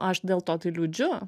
aš dėl to tai liūdžiu